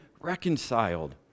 reconciled